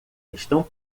estão